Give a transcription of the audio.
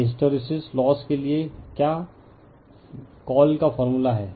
यह hysteresis loss के लिए क्या कॉल का फार्मूला है